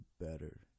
better